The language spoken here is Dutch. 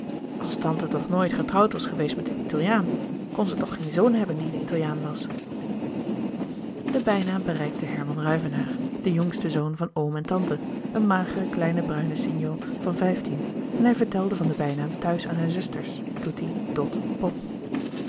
als tante toch nooit getrouwd was geweest met een italiaan kon zij toch geen zoon hebben die een italiaan was de bijnaam bereikte herman ruyvenaer den jongsten zoon van oom en tante een magere kleine bruine sinjo van vijftien en hij vertelde van den bijnaam thuis aan zijn zusters toetie dot pop